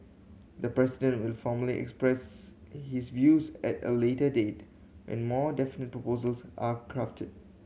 the President will formally express his views at a later date when more definite proposals are crafted